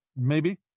Maybe